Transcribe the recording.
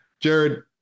Jared